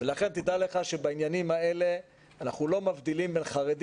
לכן תדע לך שבעניינים האלה אנחנו לא מבדילים בין חרדי